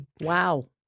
Wow